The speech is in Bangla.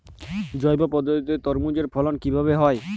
জৈব পদ্ধতিতে তরমুজের ফলন কিভাবে হয়?